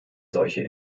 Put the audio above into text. solche